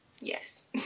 Yes